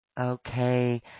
Okay